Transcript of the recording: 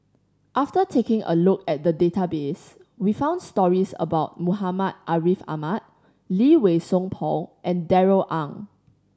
after taking a look at the database we found stories about Muhammad Ariff Ahmad Lee Wei Song Paul and Darrell Ang